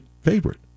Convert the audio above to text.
favorite